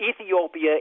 Ethiopia